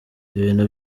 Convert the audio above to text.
ibintu